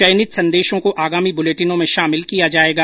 चयनित संदेशों को आगामी बुलेटिनों में शामिल किया जाएगा